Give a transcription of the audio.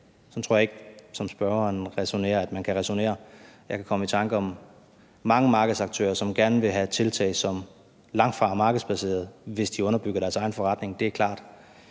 Sådan tror jeg ikke – som spørgeren gør – at man kan ræsonnere. Jeg kan komme i tanker om mange markedsaktører, som gerne vil have tiltag, som langtfra er markedsbaserede, hvis de underbygger deres egen forretning. Det er klart.